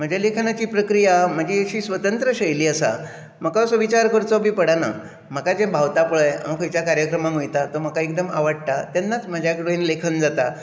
म्हजे लेखनाची प्रक्रिया म्हणजे म्हजी अशी स्वतंत्र शैली आसा म्हाका असो विचार करचो बी पडना म्हाका जें भावता पळय हांव खंयच्या कार्यक्रमाक वयता तो म्हाका एकदम आवडटा तेन्नाच म्हजे कडेन लेखन जाता